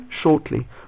shortly